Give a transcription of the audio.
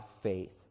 faith